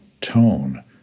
tone